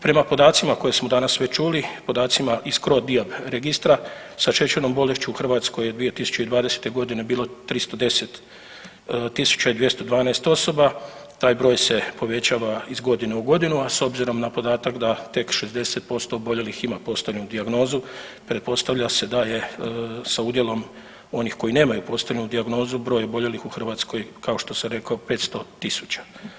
Prema podacima koje smo danas već čuli podacima iz CroDiab registra sa šećernom bolešću u Hrvatskoj je 2020.g. bilo 310.212 osoba, taj broj se povećava iz godine u godinu, a s obzirom na podatak da tek 60% oboljelih ima postavljenu dijagnozu pretpostavlja se da je sa udjelom onih koji nemaju postavljenu dijagnozu broj oboljelih u Hrvatskoj kao što sam rekao 500.000.